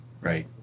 right